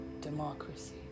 democracy